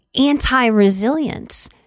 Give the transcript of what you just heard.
anti-resilience